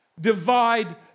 divide